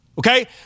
Okay